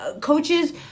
coaches